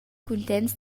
cuntents